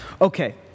Okay